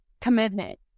commitment